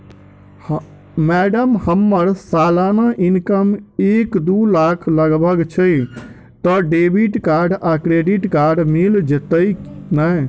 Madam हम्मर सलाना income एक दु लाख लगभग छैय तऽ डेबिट कार्ड आ क्रेडिट कार्ड मिल जतैई नै?